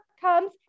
comes